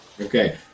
Okay